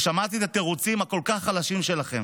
ושמעתי את התירוצים הכל-כך חלשים שלכם.